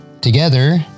together